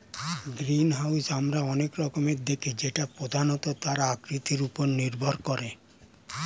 greenhouse আমরা অনেক রকমের দেখি যেটা প্রধানত তার আকৃতির ওপর নির্ভর করে